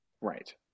Right